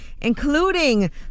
including